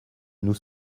nous